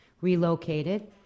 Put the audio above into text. relocated